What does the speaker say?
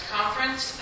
Conference